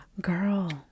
Girl